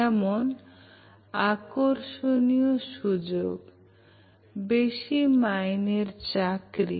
যেমন আকর্ষণীয় সুযোগ বেশি মাহিনের চাকরি